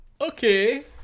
Okay